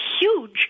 huge